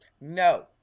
no